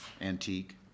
antique